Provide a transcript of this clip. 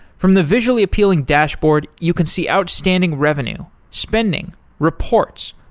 from the visually appealing dashboard, you can see outstanding revenue, spending, reports,